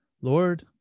Lord